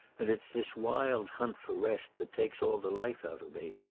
and it's this wild hunt for rest that takes all the life out of me.